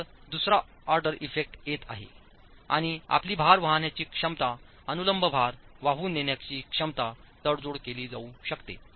आपल्याकडे दुसरा order effect येत आहे आणि आपली भार वाहण्याचीक्षमताअनुलंब भार वाहून नेण्याची क्षमता तडजोड केली जाऊ शकते